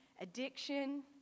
addiction